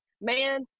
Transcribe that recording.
man